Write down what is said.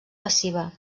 passiva